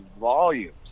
volumes